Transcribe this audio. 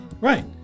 Right